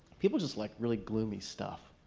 people just like really gloomy stuff.